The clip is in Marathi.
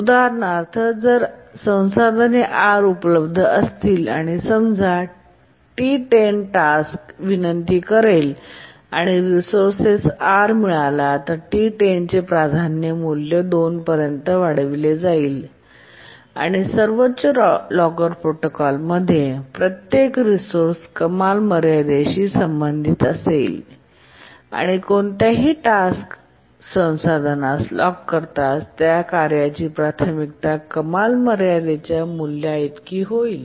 उदाहरणार्थ जर संसाधने R उपलब्ध असतील आणि समजा टी 10 टास्क विनंती करेल आणि रिसोर्सेस R मिळाला तर T10 चे प्राधान्य मूल्य 2 पर्यंत वाढविले जाईल आणि सर्वोच्च लॉकर प्रोटोकॉल मध्ये प्रत्येक रिसोर्सेस कमाल मर्यादेशी संबंधित असेल आणि कोणत्याही टास्क संसाधनास लॉक करताच त्या कार्याची प्राथमिकता कमाल मर्यादेच्या मूल्याइतकी होईल